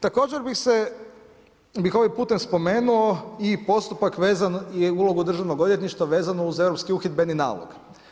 Također bih ovim putem spomenuo i postupak vezan i ulogu državnog odvjetništva vezano uz europski uhidbeni nalog.